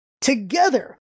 Together